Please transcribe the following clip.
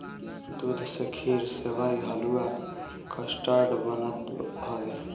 दूध से खीर, सेवई, हलुआ, कस्टर्ड बनत हवे